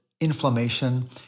inflammation